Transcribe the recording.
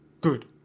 Good